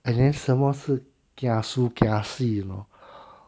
and then 什么是 kiasu kiasi you know